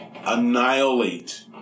Annihilate